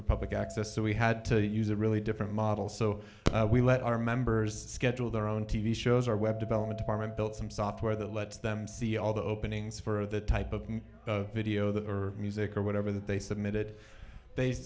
for public access so we had to use a really different model so we let our members schedule their own t v shows our web development department built some software that lets them see all the openings for the type of video that or music or whatever that they submitted they